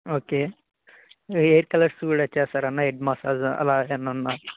okay hair colours కూడా చేస్తారా అన్న హెడ్ మసాజ్ అలాగ అన్న